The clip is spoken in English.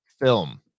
film